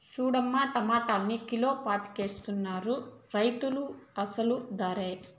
సూడమ్మో టమాటాలన్ని కీలపాకెత్తనారు రైతులు అసలు దరే